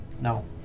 no